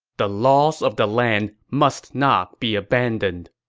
the laws of the land must not be abandoned.